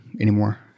anymore